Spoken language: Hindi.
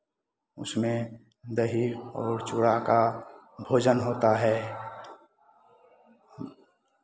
उसमें दही और चूड़ा का भोजन होता है